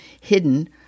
hidden